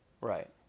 Right